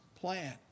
plan